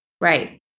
Right